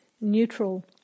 neutral